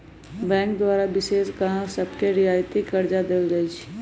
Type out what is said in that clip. bank द्वारा विशेष गाहक सभके रियायती करजा देल जाइ छइ